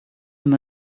him